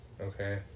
okay